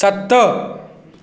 सत